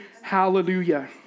Hallelujah